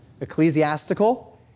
ecclesiastical